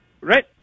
right